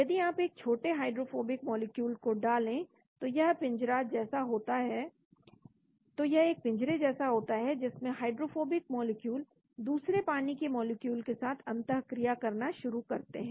यदि आप एक छोटे हाइड्रोफोबिक मॉलिक्यूल को डालें तो एक पिंजरे जैसा होता है जिसमें हाइड्रोफोबिक मॉलिक्यूल दूसरे पानी के मॉलिक्यूल के साथ अंतःक्रिया करना शुरू करते हैं